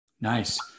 Nice